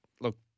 look